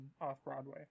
off-Broadway